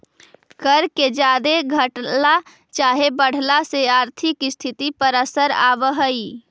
कर के जादे घटला चाहे बढ़ला से आर्थिक स्थिति पर असर आब हई